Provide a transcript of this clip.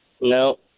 No